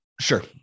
Sure